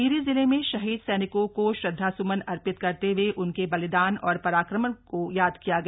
टिहरी जिले में शहीद सैनिकों को श्रद्वासुमन अर्पित करते हुए उनके बलिदान और पराक्रम को याद किया गया